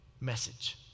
message